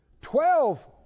Twelve